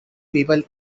people